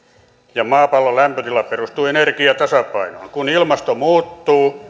ja maapallon lämpötila perustuu energiatasapainoon kun ilmasto muuttuu